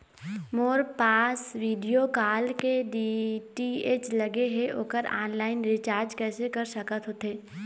मोर पास वीडियोकॉन के डी.टी.एच लगे हे, ओकर ऑनलाइन रिचार्ज कैसे कर सकत होथे?